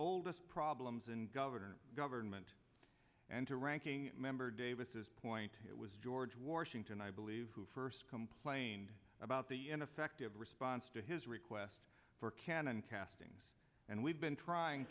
oldest problems and govern government and to ranking member davis is point it was george washington i believe who first complained about the ineffective response to his request for cannon castings and we've been trying